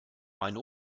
meine